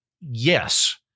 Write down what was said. yes